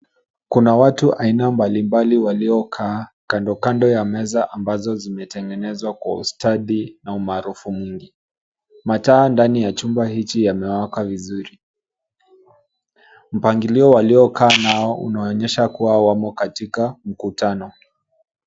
Kuna watu aina mbalimbali waliokaa kando kando ya meza ambazo zimetengenezwa kwa ustadi na umaarufu mwingi. Mataa ndani ya chumba hichi yamewaka vizuri. Mpangilio waliokaa nao unaonyesha kuwa wamo katika mkutano.